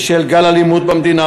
בשל גל אלימות במדינה,